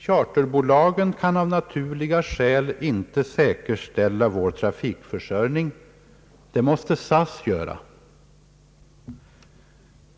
Charterbolagen kan av naturliga skäl inte säkerställa vår trafikförsörjning. Det måste SAS göra.